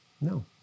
No